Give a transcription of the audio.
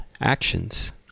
actions